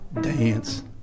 dance